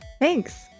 Thanks